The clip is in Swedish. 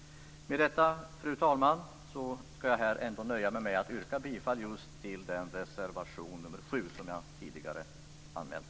Med detta, fru talman, nöjer jag mig här ändå med att yrka bifall till reservation nr 7, som jag tidigare anmält.